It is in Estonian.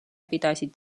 pidasid